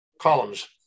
columns